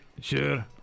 Sure